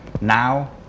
now